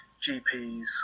GPs –